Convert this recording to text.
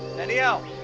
danielle